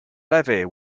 levee